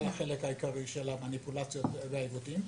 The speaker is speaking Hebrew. החלק העיקרי של המניפולציות והעיוותים.